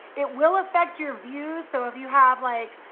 it will affect your views, so if you have like,